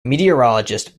meteorologist